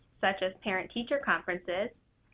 such as parent-teacher conferences,